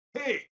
hey